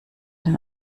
den